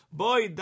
boy